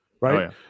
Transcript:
right